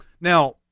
Now